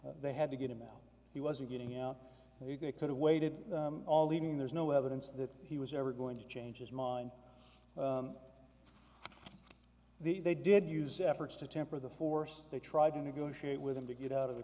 they had to get him out he wasn't getting out and you could have waited all evening there's no evidence that he was ever going to change his mind the they did use efforts to temper the force they tried to negotiate with him to get out of the